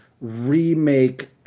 remake